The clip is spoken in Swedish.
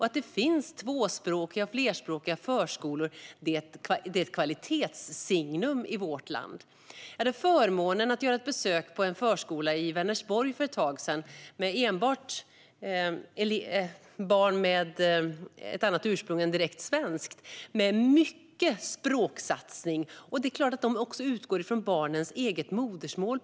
Att det finns tvåspråkiga och flerspråkiga förskolor är ett kvalitetssignum i vårt land. För ett tag sedan hade jag förmånen att göra ett besök på en förskola i Vänersborg med enbart barn med annat ursprung än direkt svenskt. Man satsar mycket på språk, och det är klart att man på olika sätt utgår från barnens modersmål.